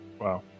Wow